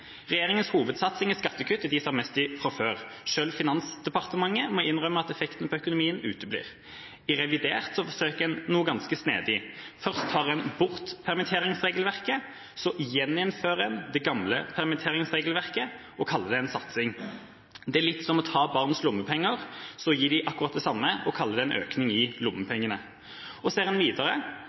hovedsatsing er skattekutt til dem som har mest fra før. Selv Finansdepartementet må innrømme at effekten på økonomien uteblir. I revidert forsøker en noe ganske snedig. Først tar en bort permitteringsregelverket. Så gjeninnfører en det gamle permitteringsregelverket og kaller det en satsing. Det er litt som å ta barns lommepenger, så gi dem akkurat det samme og kalle det en økning i lommepengene. Og ser en videre: